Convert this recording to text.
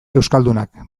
euskaldunak